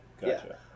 gotcha